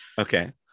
Okay